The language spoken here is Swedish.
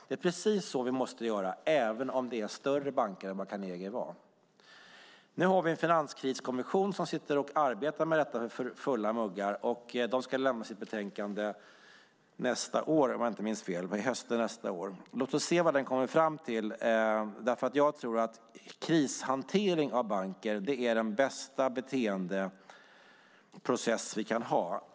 Det är precis så vi måste göra, även om det gäller större banker än Carnegie. Nu har vi en finanskriskommission som arbetar med detta. De ska lämna sitt betänkande nästa höst. Låt oss se vad den kommer fram till. Jag tror att krishantering av banker är den bästa beteendeprocess vi kan ha.